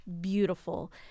Beautiful